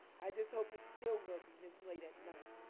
i just hope it's still working this late at night.